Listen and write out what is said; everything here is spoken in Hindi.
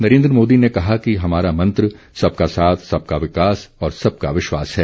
नरेन्द्र मोदी ने कहा कि हमारा मंत्र सबका साथ सबका विकास और सबका विश्वास है